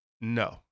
No